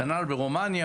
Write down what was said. כנ"ל ברומניה.